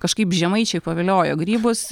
kažkaip žemaičiai paviliojo grybus